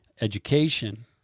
education